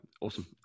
Awesome